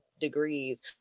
degrees